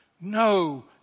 No